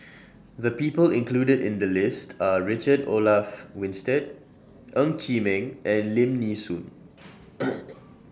The People included in The list Are Richard Olaf Winstedt Ng Chee Meng and Lim Nee Soon